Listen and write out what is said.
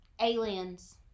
Aliens